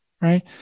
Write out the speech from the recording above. right